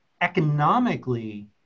economically